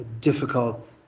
difficult